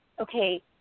okay